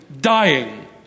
dying